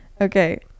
Okay